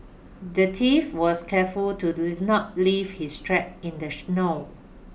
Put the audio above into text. the thief was careful to not leave his tracks in the snow